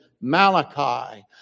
Malachi